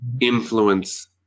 influence